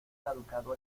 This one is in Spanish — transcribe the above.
caducado